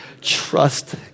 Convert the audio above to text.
trust